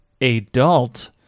adult